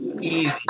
Easy